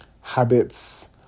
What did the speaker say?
habits